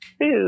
food